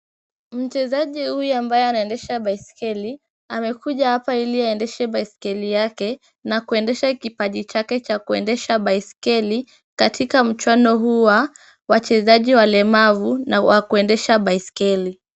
Mchezaji huyu ambaye anaendesha baiskeli, amekuja hapa ili aendeshe baiskeli yake na kuendesha kipaji chake cha kuendesha baiskeli katika mchuano huu wa wachezaji walemavu na wa kuendesha baiskeli.